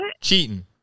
Cheating